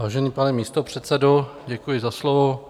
Vážený pane místopředsedo, děkuji za slovo.